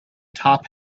top